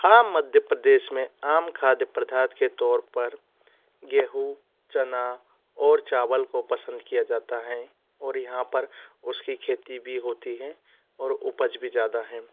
हाँ मध्य प्रदेश में आम खाद्य पदार्थ के तौर पर गेहूँ चना और चावल को पसंद किया जाता हैं और यहाँ पर उसकी खेती भी होती हैं और उपज भी ज़्यादा हैं